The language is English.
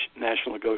national